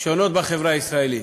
שונות בחברה הישראלית,